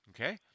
Okay